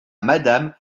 madame